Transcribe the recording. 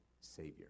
savior